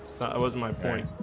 that was my point